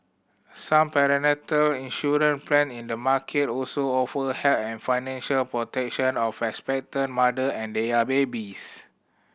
some prenatal plan in the market also offer and financial protection of expectant mother and their babies